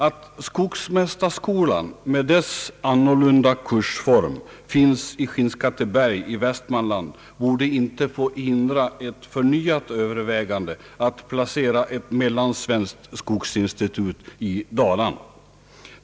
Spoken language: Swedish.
Att skogsmästarskolan med dess annorlunda kursform finns i Skinnskatteberg i Västmanland borde inte få hindra ett förnyat övervägande att placera det mellansvenska skogsinstitutet i Dalarna.